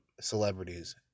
celebrities